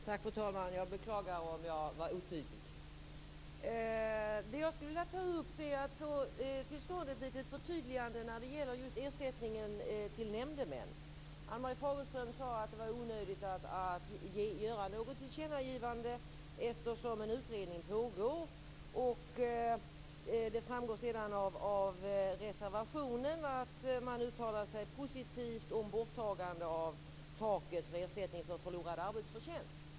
Fru talman! Jag skulle vilja ha ett litet förtydligande när det gäller just ersättningen till nämndemän. Ann-Marie Fagerström sade att det var onödigt att göra ett tillkännagivande, eftersom en utredning pågår. I reservationen uttalar man sig också positivt om borttagande av taket för ersättning för förlorad arbetsförtjänst.